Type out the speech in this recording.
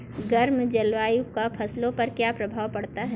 गर्म जलवायु का फसलों पर क्या प्रभाव पड़ता है?